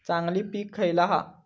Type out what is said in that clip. चांगली पीक खयला हा?